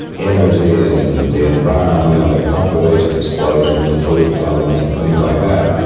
energy and the environment, and the population explosion, the food problems and things like that.